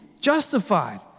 justified